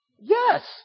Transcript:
Yes